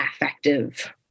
affective